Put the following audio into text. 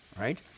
right